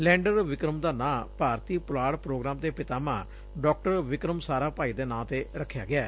lander Vikram ਦਾ ਨਾਂ ਭਾਰਤੀ ਪੁਲਾਤ ਪੁੋਗਰਾਮ ਦੇ ਪਿਤਾਮਾ ਡਾ ਵਿਕਰਮ ਸਾਰਾਭਾਈ ਦੇ ਨਾਂ ਤੇ ਰਖਿਆ ਗਿਐ